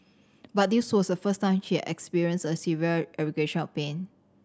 but this was the first time she experienced a severe aggravation of pain